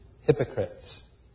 hypocrites